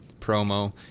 promo